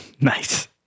Nice